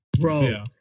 bro